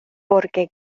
porque